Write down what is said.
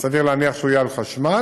סביר להניח שהוא יהיה על חשמל,